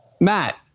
Matt